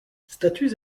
statues